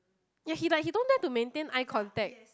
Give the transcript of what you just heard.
yea he like he don't like to maintain eye contact